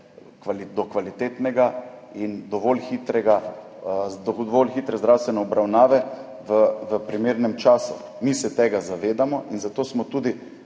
do kvalitetne in dovolj hitre zdravstvene obravnave v primernem času. Mi se tega zavedamo in zato smo tudi